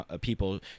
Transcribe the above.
people